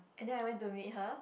and then I went to meet her